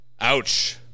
ouch